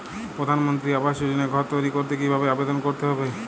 প্রধানমন্ত্রী আবাস যোজনায় ঘর তৈরি করতে কিভাবে আবেদন করতে হবে?